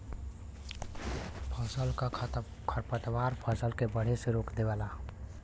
फसल क खरपतवार फसल के बढ़े से रोक देवेला